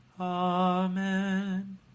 Amen